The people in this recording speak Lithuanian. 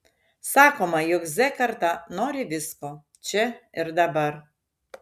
sakoma jog z karta nori visko čia ir dabar